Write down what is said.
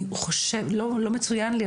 לא מצוין לי,